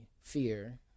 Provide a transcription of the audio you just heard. fear